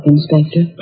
Inspector